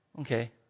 Okay